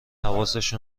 حواسش